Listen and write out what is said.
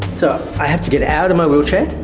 so i have to get out of my wheelchair,